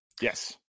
yes